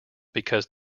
because